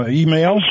email